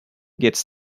gets